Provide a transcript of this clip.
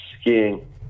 Skiing